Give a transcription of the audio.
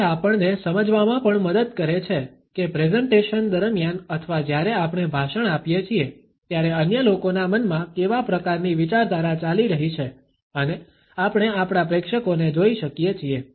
તે આપણને સમજવામાં પણ મદદ કરે છે કે પ્રેઝંટેશન દરમિયાન અથવા જ્યારે આપણે ભાષણ આપીએ છીએ ત્યારે અન્ય લોકોના મનમાં કેવા પ્રકારની વિચારધારા ચાલી રહી છે અને આપણે આપણા પ્રેક્ષકોને જોઇ શકીએ છીએ